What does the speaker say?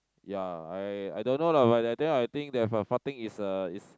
ya I I don't know lah but that day I think that from farting is a is